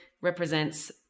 represents